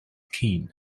keen